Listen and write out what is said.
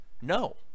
No